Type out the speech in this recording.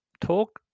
talk